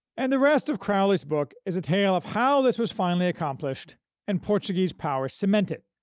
and the rest of crowley's book is a tale of how this was finally accomplished and portuguese power cemented.